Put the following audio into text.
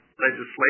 legislation